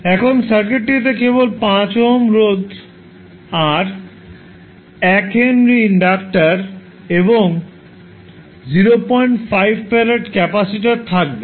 এখন সার্কিটটিতে কেবল 5 ওহম রোধ R 1 হেনরি ইন্ডাক্টর এবং 05 ফ্যারাড ক্যাপাসিটার থাকবে